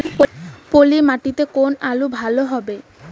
পলি মাটিতে কোন আলু ভালো হবে?